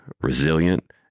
resilient